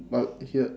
but he uh